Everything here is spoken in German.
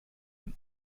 ein